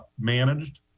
managed